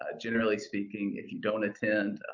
ah generally speaking if you don't attend,